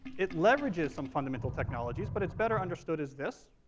it leverages some fundamental technologies, but it's better understood as this.